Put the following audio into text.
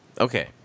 okay